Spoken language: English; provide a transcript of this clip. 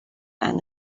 and